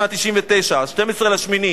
12 באוגוסט 1999: